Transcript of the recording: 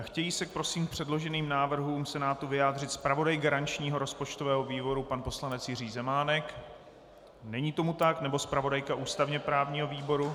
Chtějí se prosím k předloženým návrhům Senátu vyjádřit zpravodaj garančního rozpočtového výboru pan poslanec Jiří Zemánek není tomu tak nebo zpravodajka ústavněprávního výboru?